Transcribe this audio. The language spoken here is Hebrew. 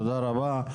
תודה רבה.